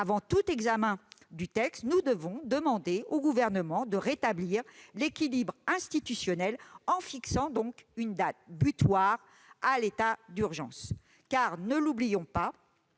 Avant tout examen du texte, nous devons demander au Gouvernement de rétablir l'équilibre institutionnel, en fixant une date butoir à l'état d'urgence. En effet, ne l'oublions pas,